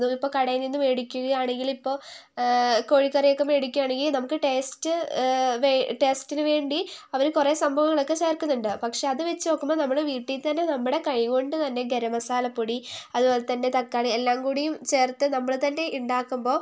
ഇപ്പോൾ കടയിൽ നിന്നു മേടിക്കുകയാണെങ്കിൽ ഇപ്പോൾ കോഴിക്കറിയൊക്കെ മേടിക്കുകയാണെങ്കിൽ നമുക്ക് ടേസ്റ്റ് ടേസ്റ്റിനു വേണ്ടി അവർ കുറേ സംഭവങ്ങളൊക്കെ ചേർക്കുന്നുണ്ട് പക്ഷേ അതുവച്ചു നോക്കുമ്പോൾ നമ്മൾ വീട്ടിൽ തന്നെ നമ്മുടെ കൈകൊണ്ടു തന്നെ ഗരം മസാലപ്പൊടി അതുപോലെതന്നെ തക്കാളി എല്ലാം കൂടിയും ചേർത്ത് നമ്മൾ തന്നെ ഉണ്ടാക്കുമ്പോൾ